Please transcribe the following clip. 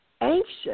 anxious